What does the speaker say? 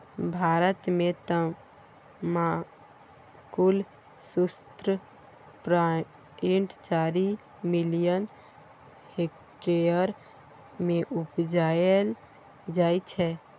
भारत मे तमाकुल शुन्ना पॉइंट चारि मिलियन हेक्टेयर मे उपजाएल जाइ छै